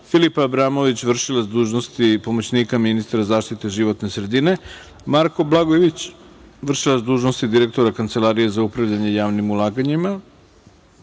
Filip Abramović, vršilac dužnosti pomoćnika ministra zaštite životne sredine, Marko Blagojević, vršilac dužnosti direktora Kancelarije za upravljanje javnim ulaganjima